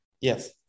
Yes